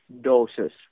doses